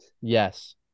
Yes